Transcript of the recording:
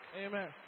Amen